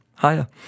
Hiya